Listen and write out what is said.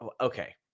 Okay